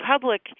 public